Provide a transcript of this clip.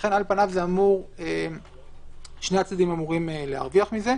לכן על פניו שני הצדדים אמורים להרוויח מזה.